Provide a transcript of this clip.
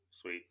Sweet